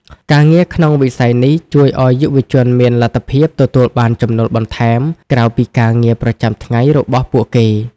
ការងារក្នុងវិស័យនេះជួយឱ្យយុវជនមានលទ្ធភាពទទួលបានចំណូលបន្ថែម ក្រៅពីការងារប្រចាំថ្ងៃរបស់ពួកគេ។